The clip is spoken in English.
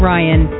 Ryan